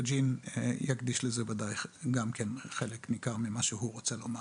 יוג'ין יקדיש לזה ודאי חלק ניכר ממה שהוא רוצה לומר.